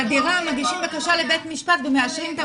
מגישים בקשה לבית המשפט ומאשרים,